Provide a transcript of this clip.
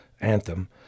anthem